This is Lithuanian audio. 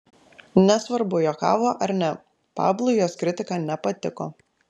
nesvarbu juokavo ar ne pablui jos kritika nepatiko